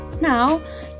Now